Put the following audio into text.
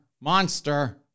Monster